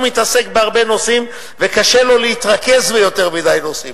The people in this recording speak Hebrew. הוא מתעסק בהרבה נושאים וקשה לו להתרכז ביותר מדי נושאים.